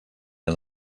han